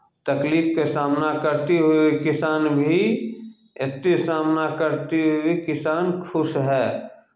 तकलीफके सामना करते हुए किसान भी एतेक सामना करते हुए भी किसान खुश हए